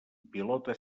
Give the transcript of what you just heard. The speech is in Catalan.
pilota